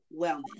wellness